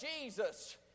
Jesus